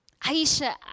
Aisha